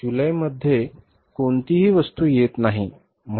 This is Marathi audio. तर जुलैमध्ये कोणतीही वस्तू येत नाही